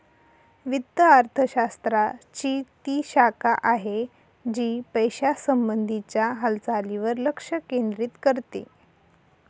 वित्त अर्थशास्त्र ची ती शाखा आहे, जी पैशासंबंधी च्या हालचालींवर लक्ष केंद्रित करते